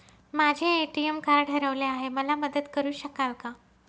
माझे ATM card हरवले आहे, मला मदत करु शकाल का?